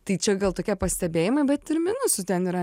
tai čia gal tokie pastebėjimai bet ir minusų ten yra